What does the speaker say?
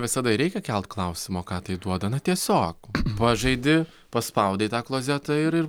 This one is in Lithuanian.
visada ir reikia kelt klausimą o ką tai duoda na tiesiog žaidi paspaudai tą klozetą ir